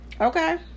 Okay